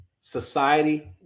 society